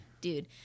Dude